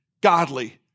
godly